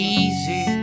easy